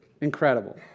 Incredible